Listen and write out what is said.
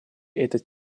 этот